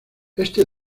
este